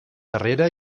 darrere